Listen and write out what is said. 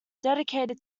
dedicated